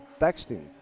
texting